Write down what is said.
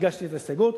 הגשתי את ההסתייגות.